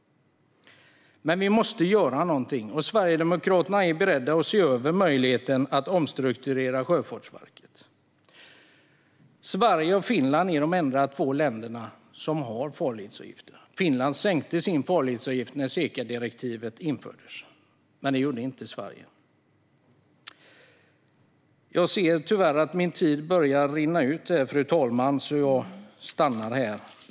Men vi måste göra någonting, och Sverigedemokraterna är beredda att se över möjligheten att omstrukturera Sjöfartsverket. Sverige och Finland är de enda två länder som har farledsavgifter. Finland sänkte farledsavgiften när SECA-direktivet infördes, men det gjorde inte Sverige. Jag ser tyvärr att min talartid börjar rinna ut, fru talman, så jag stannar här.